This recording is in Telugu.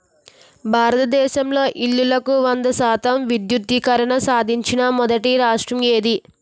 భారతదేశంలో ఇల్లులకు వంద శాతం విద్యుద్దీకరణ సాధించిన మొదటి రాష్ట్రం ఏది?